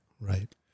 right